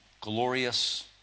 Glorious